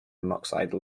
monoxide